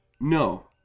No